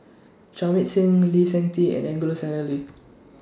Jamit Singh Lee Seng Tee and Angelo Sanelli